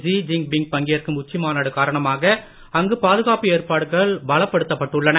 G Jinping பங்கேற்கும் உச்சி மாநாடு காரணமாக அங்கு பாதுகாப்பு ஏற்பாடுகள் பலப்படுத்தப்பட்டுள்ளன